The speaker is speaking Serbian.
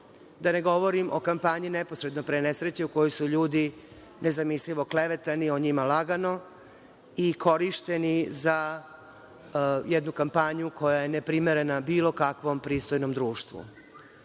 Da ne govorim o kampanji neposredno pre nesreće u kojoj su ljudi nezamislivo klevetani, o njima lagano i korišćeni za jednu kampanju koja je neprimerena bilo kakvom pristojnom društvu. Istrage